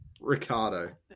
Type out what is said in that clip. Ricardo